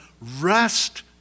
rest